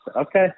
Okay